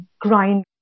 grind